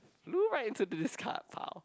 flew back into this card pile